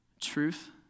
Truth